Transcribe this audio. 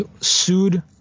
sued